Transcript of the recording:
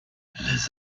les